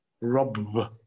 Rob